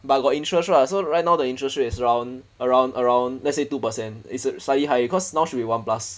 but got interest lah so right now the interest rate is around around around let's say two percent it's slightly higher cause now should be one plus